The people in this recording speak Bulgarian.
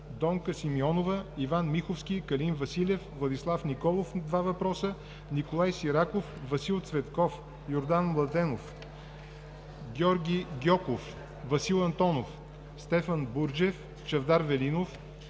Донка Симеонова; Иван Миховски и Калин Василев; Владислав Николов – два въпроса; Николай Сираков и Васил Цветков; Йордан Младенов; Георги Гьоков; Васил Антонов, Стефан Бурджев и Чавдар Велинов;